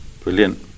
Brilliant